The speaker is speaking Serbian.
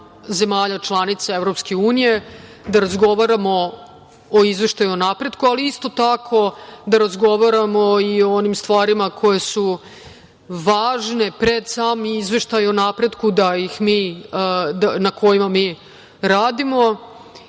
zemalja članica EU, da razgovaramo o Izveštaju o napretku, ali isto tako da razgovaramo i o onim stvarima koje su važne pred sam Izveštaj o napretku na kojima mi radimo.